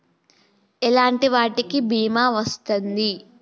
ఎలాంటి వాటికి బీమా వస్తుంది?